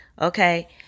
Okay